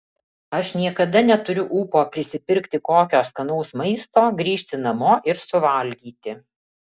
aš niekada neturiu ūpo prisipirkti kokio skanaus maisto grįžti namo ir suvalgyti